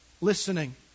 listening